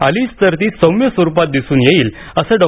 आलीच तर ती सौम्य स्वरुपात दिसून येईल असे डॉ